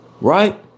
Right